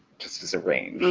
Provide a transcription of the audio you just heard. just as a range.